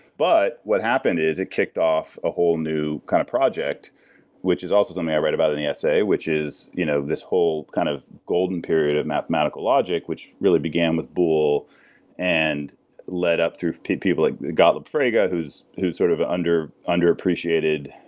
but what happened is it kicked off a whole new kind of project which is also something i write about in the essay, which is you know this whole kind of golden period of mathematical logic which really began with boole and led up through people like gottlob frege, who's who's sort of under-appreciated,